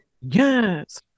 Yes